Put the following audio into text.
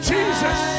Jesus